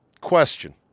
Question